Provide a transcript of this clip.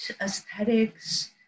aesthetics